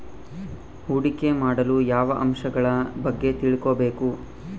ಹೂಡಿಕೆ ಮಾಡಲು ಯಾವ ಅಂಶಗಳ ಬಗ್ಗೆ ತಿಳ್ಕೊಬೇಕು?